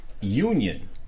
union